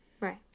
Right